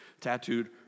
tattooed